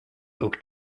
oak